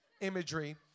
imagery